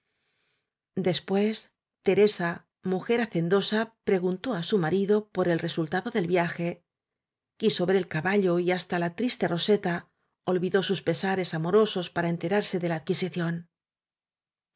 después teresa mujer hacendosa pre guntó á su marido por el resultado del viaje quiso ver el caballo y hasta la triste roseta olvidó sus pesares amorosos para enterarse de la adquisición